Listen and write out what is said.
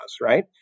right